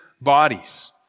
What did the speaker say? bodies